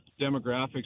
demographics